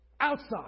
outside